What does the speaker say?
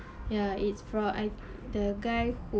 ya it's for I the guy who